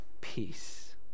peace